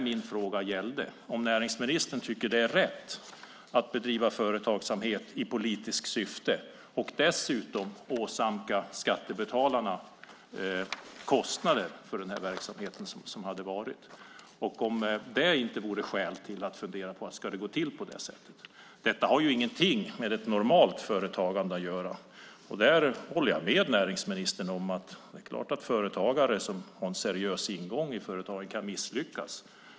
Min fråga gällde om näringsministern tycker att det är rätt att bedriva företagsamhet i politiskt syfte och dessutom åsamka skattebetalarna kostnader för den verksamhet som varit och om det finns skäl att fundera på om det ska gå till på det sättet. Detta har ingenting med ett normalt företagande att göra. Där håller jag med näringsministern. Det är klart att företagare som har en seriös ingång i företaget kan misslyckas.